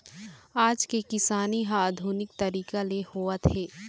आज के किसानी ह आधुनिक तरीका ले होवत हे